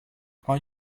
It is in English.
are